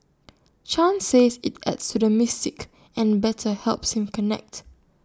chan says IT adds to the mystique and better helps him connect